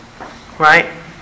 Right